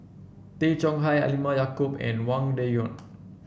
Tay Chong Hai Halimah Yacob and Wang Dayuan